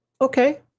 Okay